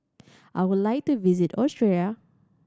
I would like to visit Austria